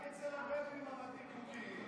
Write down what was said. רק אצל הבדואים הבתים חוקיים,